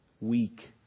weak